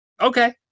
Okay